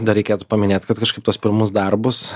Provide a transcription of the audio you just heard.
dar reikėtų paminėt kad kažkaip tuos pirmus darbus